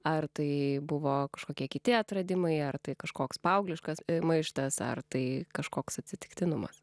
ar tai buvo kažkokie kiti atradimai ar tai kažkoks paaugliškas maištas ar tai kažkoks atsitiktinumas